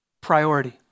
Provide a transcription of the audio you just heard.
priority